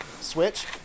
Switch